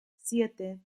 siete